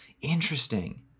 Interesting